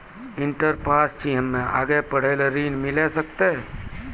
Inter pass छी हम्मे आगे पढ़े ला ऋण मिल सकत?